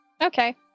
okay